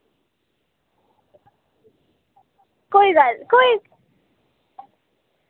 कोई गल्ल कोई